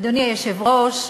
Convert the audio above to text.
אדוני היושב-ראש,